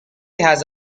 has